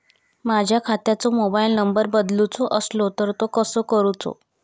माझ्या खात्याचो mobile number बदलुचो असलो तर तो कसो करूचो?